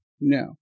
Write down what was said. No